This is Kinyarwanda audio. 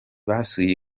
basuye